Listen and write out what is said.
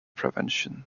prevention